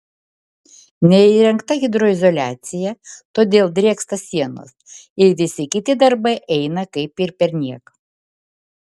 neįrengta hidroizoliacija todėl drėksta sienos ir visi kiti darbai eina kaip ir perniek